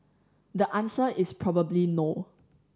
the answer is probably no